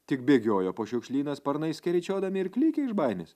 tik bėgiojo po šiukšlyną sparnais skeryčiodami ir klykė iš baimės